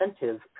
Incentive